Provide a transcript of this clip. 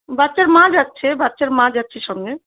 বাচ্চার মা যাচ্ছে বাচ্চার মা যাচ্ছে সঙ্গে